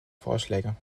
vorschläge